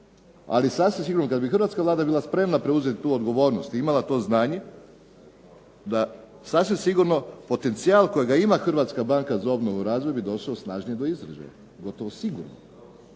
Ali sasvim sigurno kada bi hrvatska Vlada bila spremna preuzeti tu odgovornost i imala to znanje, da sasvim sigurno potencijal kojega ima HBOR-a bi snažnije došla do izražaja, gotovo sigurno.